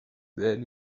then